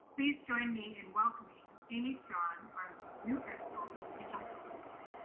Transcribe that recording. please join me in welcoming amy strong, our new principal of mitchell middle school.